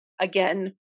again